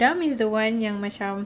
dam is the one yang macam